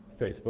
facebook